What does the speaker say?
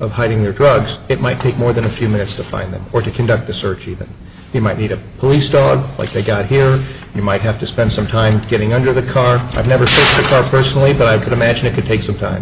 of hiding their drugs it might take more than a few minutes to find them or to conduct a search even if you might need a police dog like they got here you might have to spend some time getting under the car i've never personally but i can imagine it could take some time